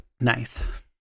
Nice